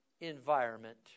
environment